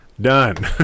done